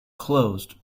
closed